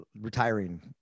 Retiring